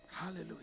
Hallelujah